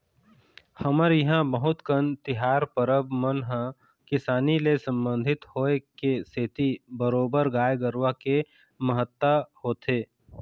हमर इहाँ बहुत कन तिहार परब मन ह किसानी ले संबंधित होय के सेती बरोबर गाय गरुवा के महत्ता होथे